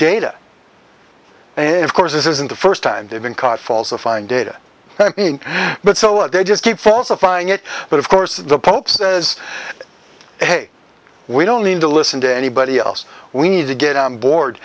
data and of course this isn't the first time they've been caught falsifying data but so they just keep falsifying it but of course the pope says hey we don't need to listen to anybody else we need to get on board